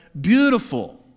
beautiful